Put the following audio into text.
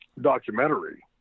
documentary